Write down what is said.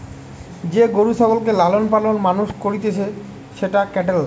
যে গরু ছাগলকে লালন পালন মানুষ করতিছে সেটা ক্যাটেল